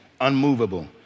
Unmovable